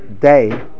day